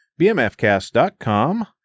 bmfcast.com